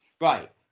Right